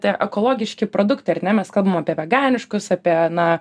tie ekologiški produktai ar ne mes kalbam apie veganiškus apie na